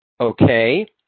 Okay